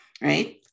right